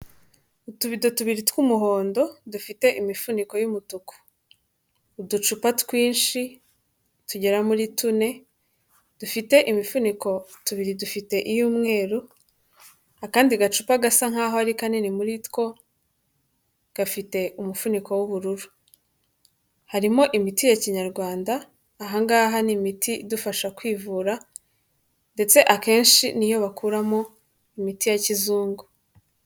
Utubido tubiri tw'umuhondo dufite imifuniko y'umutuku. Uducupa twinshi, tugera muri tune. Dufite imifuniko, tubiri dufite iy'umweru, akandi gacupa gasa nk'aho ari kanini muri two, gafite umufuniko w'ubururu. Harimo imiti ya kinyarwanda, aha ngaha ni imiti idufasha kwivura, ndetse akenshi ni yo bakuramo imiti ya kizungu.